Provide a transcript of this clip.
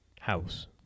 house